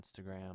Instagram